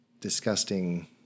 disgusting